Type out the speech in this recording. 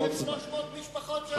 יש 300 משפחות שעשו את זה.